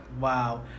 wow